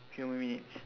few more minutes